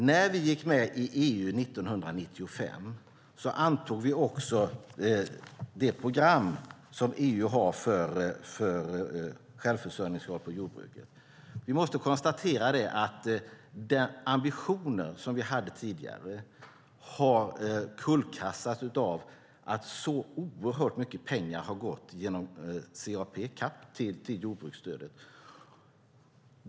När vi gick med i EU 1995 antog vi också det program EU har för självförsörjningsgrad för jordbruket. Vi måste konstatera att de ambitioner vi tidigare hade har kullkastats av att så oerhört mycket pengar har gått genom CAP till jordbruksstödet.